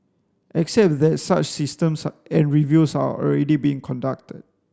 except that such systems are and reviews are already being conducted